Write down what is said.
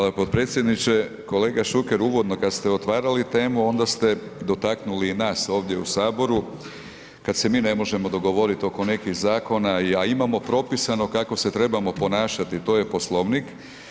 Hvala potpredsjedniče, kolega Šuker uvodno kad ste otvarali temu onda ste dotaknuli i nas ovdje u saboru, kad se mi ne možemo dogovoriti oko nekih zakona, a imamo propisano kako se trebamo ponašati to je Poslovnik.